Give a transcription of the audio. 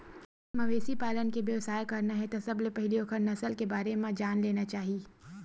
मवेशी पालन के बेवसाय करना हे त सबले पहिली ओखर नसल के बारे म जान लेना चाही